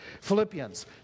Philippians